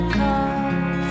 come